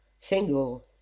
single